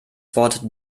wort